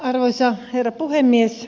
arvoisa herra puhemies